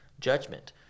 judgment